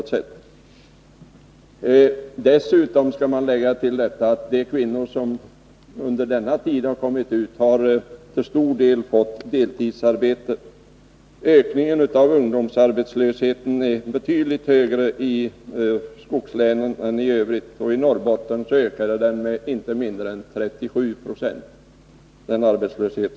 Till detta skall läggas att de kvinnor som under denna tid kommit ut på arbetsmarknaden till stor del fått deltidsarbete. Ökningen av ungdomsarbetslösheten är betydligt större i skogslänen än i övrigt. I Norrbotten har ökningen varit inte mindre än 37 96.